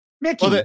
Mickey-